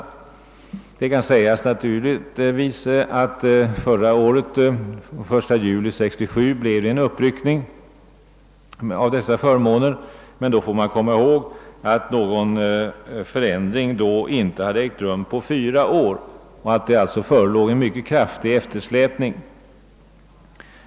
Det kan naturligtvis invändas att det den 1 juli förra året gjordes en förbättring av dessa förmåner. Men man bör komma ihåg att någon förbättring då inte hade ägt rum på fyra år och att det alltså förelåg en mycket kraftig eftersläpning.